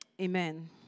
Amen